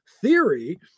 theory